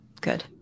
Good